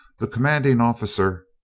the commanding officer,